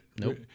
Nope